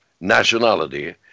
nationality